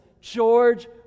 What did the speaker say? George